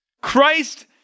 Christ